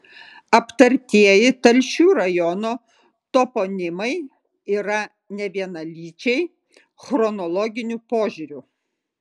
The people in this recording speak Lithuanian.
aptartieji telšių rajono toponimai yra nevienalyčiai chronologiniu požiūriu